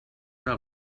una